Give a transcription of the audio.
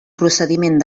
procediment